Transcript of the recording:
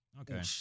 Okay